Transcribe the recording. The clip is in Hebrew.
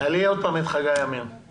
תעלי עוד פעם את חגי לוין.